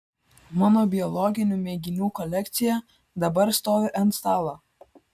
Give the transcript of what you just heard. mano biologinių mėginių kolekcija dabar stovi ant stalo